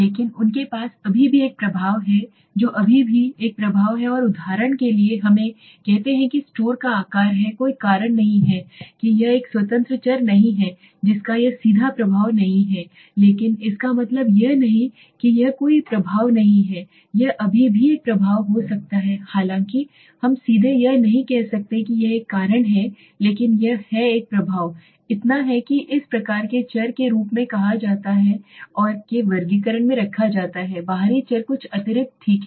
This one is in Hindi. लेकिन उनके पास अभी भी एक प्रभाव है जो अभी भी एक प्रभाव है और उदाहरण के लिए हमें कहते हैं कि स्टोर का आकार है कोई कारण नहीं है कि यह एक स्वतंत्र चर नहीं है जिसका यह सीधा प्रभाव नहीं है लेकिन इसका मतलब यह नहीं है कि यह है कोई प्रभाव नहीं यह अभी भी एक प्रभाव हो सकता है हालांकि हम सीधे यह नहीं कह सकते कि यह एक कारण है लेकिन यह है एक प्रभाव इतना है कि इस प्रकार के चर के रूप में कहा जाता है और के वर्गीकरण में रखा जाता है बाहरी चर कुछ अतिरिक्त ठीक है